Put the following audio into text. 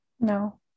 No